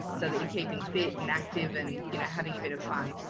so that you're keeping fit and active and you know having a bit of fun.